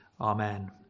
Amen